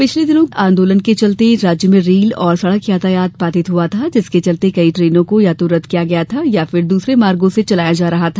पिछले दिनों गुर्जर आंदोलन के चलते राज्य में रेल और सड़क यातायात बाधित हुआ था जिसके चलते कई ट्रेनों को या तो रद्द किया गया था या फिर दूसरे मार्गो से चलाया जा रहा था